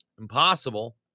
impossible